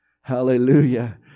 Hallelujah